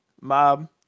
Mob